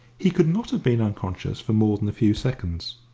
he could not have been unconscious for more than a few seconds,